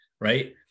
right